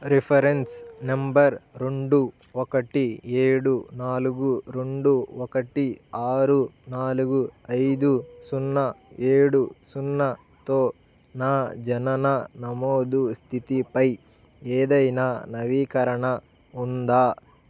reference number రెండు ఒకటి ఏడు నాలుగు రెండు ఒకటి ఆరు నాలుగు ఐదు సున్నా ఏడు సున్నాతో నా జనన నమోదు స్థితిపై ఏదైనా నవీకరణ ఉందా